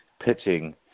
pitching